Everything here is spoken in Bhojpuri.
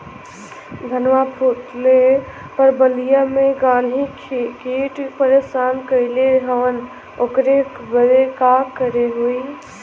धनवा फूटले पर बलिया में गान्ही कीट परेशान कइले हवन ओकरे बदे का करे होई?